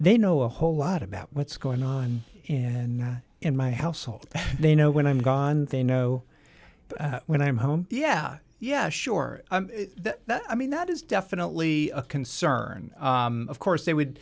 they know a whole lot about what's going on and in my household they know when i'm gone they know when i'm home yeah yeah sure i mean that is definitely a concern of course they would